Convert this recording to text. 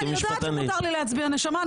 אה, אני יודעת שמותר לי להצביע, נשמה.